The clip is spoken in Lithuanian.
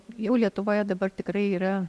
jau lietuvoje dabar tikrai yra